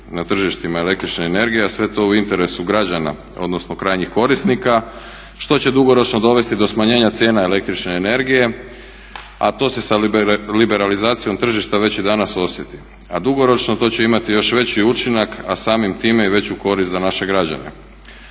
na tržištima električne energije a sve to u interesu građana odnosno krajnjih korisnika što će dugoročno dovesti do smanjenja cijena električne energije a to se sa liberalizacijom tržišta već i danas osjeti. A dugoročno to će imati još veći učinak a samim time i veću korist za naše građane.